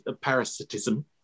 parasitism